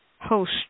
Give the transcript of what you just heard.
Host